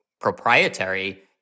proprietary